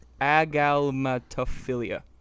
Agalmatophilia